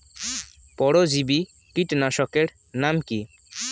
পরজীবী কীটনাশকের নাম কি?